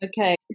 Okay